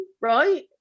right